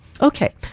Okay